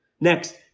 Next